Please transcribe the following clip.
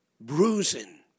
bruising